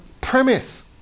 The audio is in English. premise